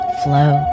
flow